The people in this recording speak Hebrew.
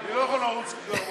אני לא יכול לרוץ יותר מהר.